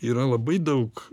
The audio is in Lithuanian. yra labai daug